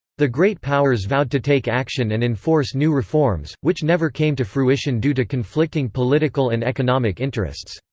the great powers vowed to take action and enforce new reforms, which never came to fruition due to conflicting political and economic interests.